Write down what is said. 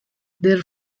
there